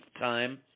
time